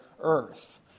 earth